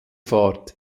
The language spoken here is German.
fahrt